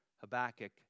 Habakkuk